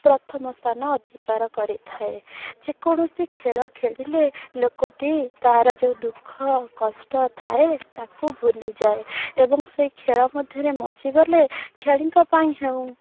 ପ୍ରଥମ ସ୍ଥାନ ଅଧିକାର କରିଥାଏ ଯେକୌଣସି ଖେଳ ଖେଳିଲେ ଲୋକଟିଏ ତା'ର ଯେଉଁ ଦୁଃଖ କଷ୍ଟ ଥାଏ ତାକୁ ଭୁଲିଯାଏ ଏବଂ ସେଇ ଖେଳ ମଧ୍ୟରେ ମଜିଗଲେ କ୍ଷଣିକ ପାଇଁ ହେଉ